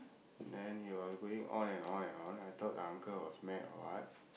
then he was going on and on and on I thought the uncle was mad or what